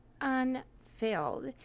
unfilled